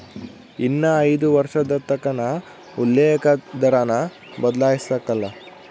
ಇನ್ನ ಐದು ವರ್ಷದತಕನ ಉಲ್ಲೇಕ ದರಾನ ಬದ್ಲಾಯ್ಸಕಲ್ಲ